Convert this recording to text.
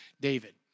David